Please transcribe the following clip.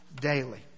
daily